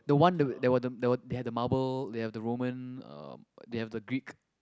the one there were there they had the marble they have the Roman um they have the Greek